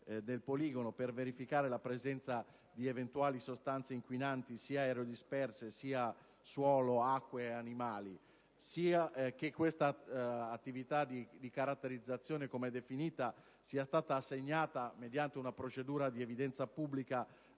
del poligono per verificare la presenza di eventuali sostanze inquinanti sia aerodisperse, sia nel suolo, nelle acque o negli animali. Inoltre, tale attività di caratterizzazione è stata assegnata mediante una procedura di evidenza pubblica